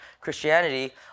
Christianity